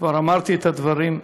כבר אמרתי את הדברים.